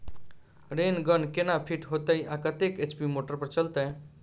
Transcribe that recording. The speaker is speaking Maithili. रेन गन केना फिट हेतइ आ कतेक एच.पी मोटर पर चलतै?